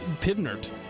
Pivnert